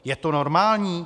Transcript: Je to normální?